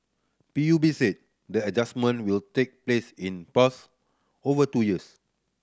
P U B said the adjustment will take place in pass over two years